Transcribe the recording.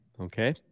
Okay